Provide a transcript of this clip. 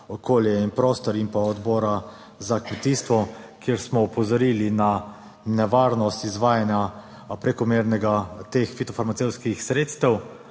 okolje in prostor in odbora za kmetijstvo, kjer smo opozorili na nevarnost izvajanja prekomerne uporabe fitofarmacevtskih sredstev,